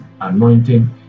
anointing